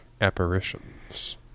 apparitions